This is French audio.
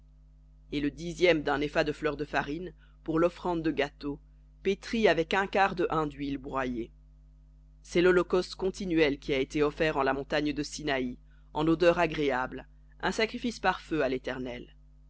et le dixième d'un épha de fleur de farine pour l'offrande de gâteau pétrie avec un quart de hin d'huile broyée lholocauste continuel qui a été offert en la montagne de sinaï en odeur agréable un sacrifice par feu à l'éternel